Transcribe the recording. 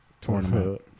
tournament